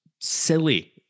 silly